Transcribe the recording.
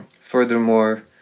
furthermore